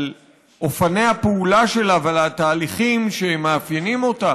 על אופני הפעולה שלה ועל התהליכים שמאפיינים אותה